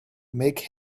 make